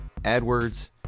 AdWords